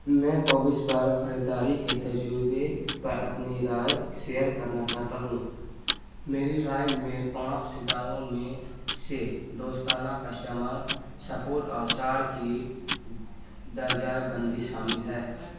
میں کووس پر خریداری کے تجربے پر اپنی رائے شیئر کرنا چاہتا ہوں میری رائے میں پانچ ستاروں میں سے دوستانہ کسٹمر سپورٹ اور چار کی درجائے بندی شامل ہے